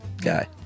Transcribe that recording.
guy